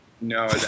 no